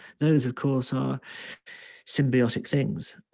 those of course are symbiotic things.